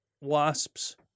wasps